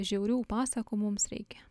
žiaurių pasakų mums reikia